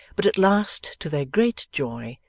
but at last, to their great joy,